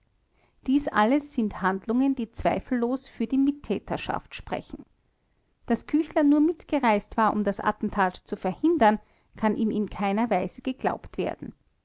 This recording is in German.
dies alles sind handlungen die zweifellos für die mittäterschaft sprechen daß küchler nur mitgereist war um das attentat zu verhindern kann ihm in keiner weise geglaubt werden